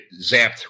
zapped